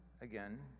again